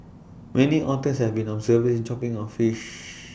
many otters have been observed chomping on fish